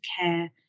care